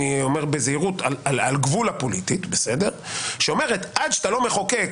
אומר זאת בזהירות שאומרת שעד שאתה לא מחוקק